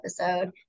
episode